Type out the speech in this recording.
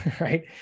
right